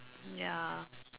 ya